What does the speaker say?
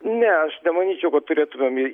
ne aš nemanyčiau kad turėtumėm į